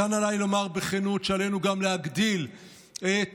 כאן עליי לומר בכנות שעלינו גם להגדיל את